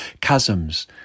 chasms